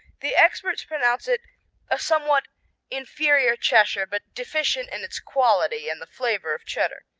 the experts pronounce it a somewhat inferior cheshire, but deficient in its quality and the flavor of cheddar.